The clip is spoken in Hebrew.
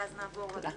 ואז נעבור לקריאה.